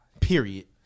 Period